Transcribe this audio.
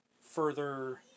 further